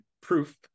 proof